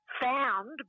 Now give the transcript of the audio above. Found